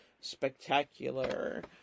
spectacular